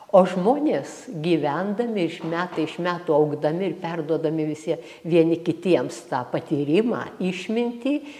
o žmonės gyvendami iš metai iš metų augdami ir perduodami visi vieni kitiems tą patyrimą išmintį